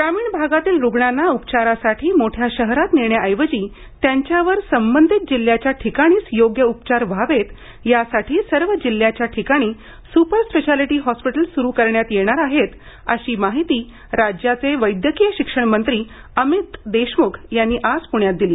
ग्रामीण भागातील रुग्णांना उपचारासाठी मोठ्या शहरात नेण्याऐवजी त्यांच्यावर संबंधित जिल्ह्याच्या ठिकाणीच योग्य उपचार व्हावेत यासाठी सर्व जिल्ह्याच्या ठिकाणी सुपर स्पेशालिटी हॉस्पिटल सुरू करण्यात येणार आहेत अशी माहिती राज्याचे वैद्यकीय शिक्षण मंत्री अमित देशमुख यांनी आज प्ण्यात दिली